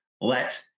let